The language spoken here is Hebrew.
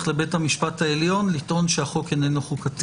בית המשפט העליון לטעון שהחוק אינו חוקתי.